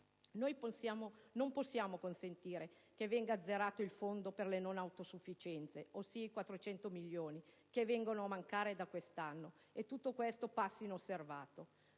Non possiamo consentire l'azzeramento del fondo per la non autosufficienza, ossia i 400 milioni che vengono a mancare da quest'anno, e che tutto questo passi inosservato.